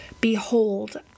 Behold